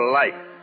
life